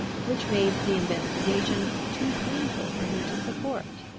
which made the investigation too painful for him to support.